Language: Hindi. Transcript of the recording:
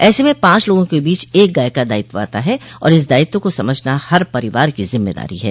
ऐसे में पांच लोगों के बीच एक गाय का दायित्व आता है और इस दायित्व को समझना हर परिवार की जिम्मेदारी है